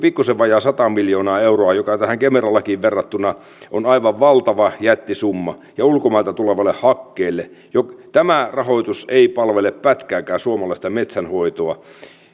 pikkuisen vajaa sata miljoonaa euroa mikä tähän kemera lakiin verrattuna on aivan valtava jättisumma ja ulkomailta tulevalle hakkeelle tämä rahoitus ei palvele pätkääkään suomalaista metsänhoitoa